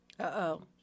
Uh-oh